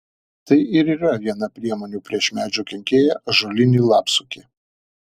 tai ir yra viena priemonių prieš medžių kenkėją ąžuolinį lapsukį